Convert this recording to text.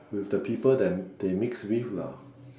with the people that they mix with lah